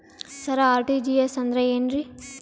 ಸರ RTGS ಅಂದ್ರ ಏನ್ರೀ?